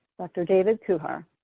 dr. david kuhar.